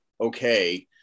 okay